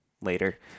later